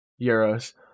euros